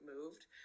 moved